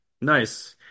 Nice